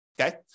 okay